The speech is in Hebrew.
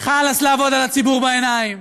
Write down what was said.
חלאס לעבוד על הציבור בעיניים.